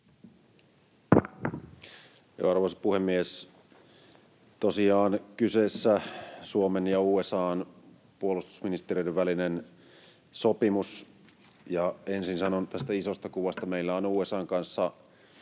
Arvoisa puhemies! Tosiaan kyseessä Suomen ja USA:n puolustusministeriöiden välinen sopimus, ja ensin sanon tästä isosta kuvasta. Meillä on USA:n kanssa